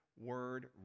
word